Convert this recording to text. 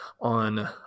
on